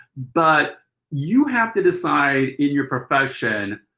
but you have to decide in your profession,